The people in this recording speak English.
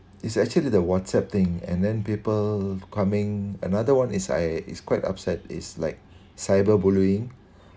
it's actually the whatsapp thing and then people coming another one is I is quite upset is like cyber bullying